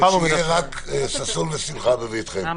ושיהיו רק ששון ושמחה בביתכם, ולכל עם ישראל.